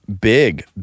big